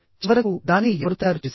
చివరకు దానిని ఎవరు తయారు చేశారు